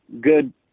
good